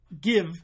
give